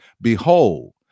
behold